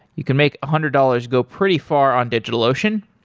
you can make a hundred dollars go pretty far on digitalocean.